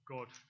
God